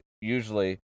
Usually